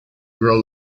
grow